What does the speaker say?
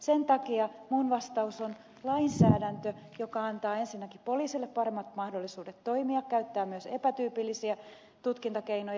sen takia minun vastaukseni on lainsäädäntö joka antaa ensinnäkin poliisille paremmat mahdollisuudet toimia käyttää myös epätyypillisiä tutkintakeinoja